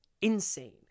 insane